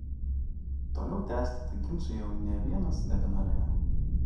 toliau tęsti tą ginčą jau nė vienas nebenorėjo